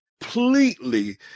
completely